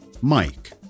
Mike